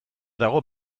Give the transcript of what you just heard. dago